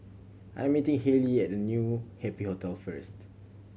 I'm meeting Haley at New Happy Hotel first